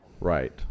Right